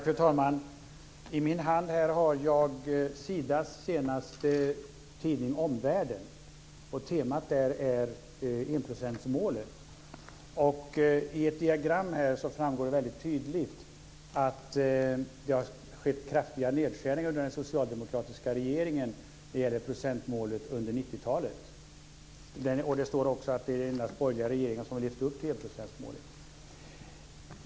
Fru talman! I min hand har jag det senaste numret av Sida:s tidning Omvärlden. Temat är enprocentsmålet. I ett diagram framgår det mycket tydligt att det har skett kraftiga nedskärningar när det gäller enprocentsmålet under den socialdemokratiska regeringen under 90-talet. Det står också att det endast är borgerliga regeringar som har levt upp till enprocentsmålet.